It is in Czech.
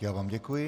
Já vám děkuji.